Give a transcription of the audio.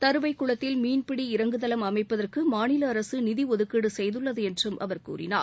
தருவைக்குளத்தில் மீன்பிடி இறங்குதளம் அமைப்பதற்கு மாநில அரசு நிதி ஒதுக்கீடு செய்துள்ளது என்றும் அவர் கூறினார்